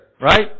right